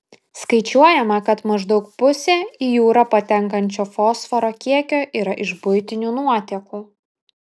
skaičiuojama kad maždaug pusė į jūrą patenkančio fosforo kiekio yra iš buitinių nuotekų